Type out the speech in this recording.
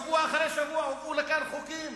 שבוע אחרי שבוע הובאו לכאן חוקים